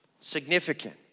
Significant